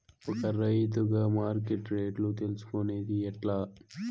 ఒక రైతుగా మార్కెట్ రేట్లు తెలుసుకొనేది ఎట్లా?